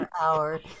hour